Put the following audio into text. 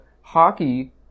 hockey